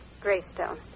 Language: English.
Greystone